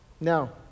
no